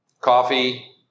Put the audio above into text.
Coffee